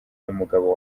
n’umugabo